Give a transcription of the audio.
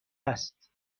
است